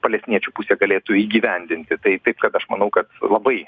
palestiniečių pusė galėtų įgyvendinti tai taip kad aš manau kad labai